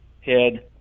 head